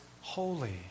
holy